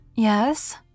Yes